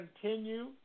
continue